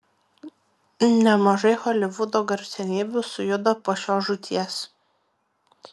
nemažai holivudo garsenybių sujudo po šios žūties